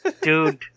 Dude